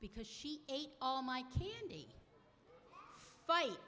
because she ate all my candy fight